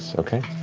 so okay.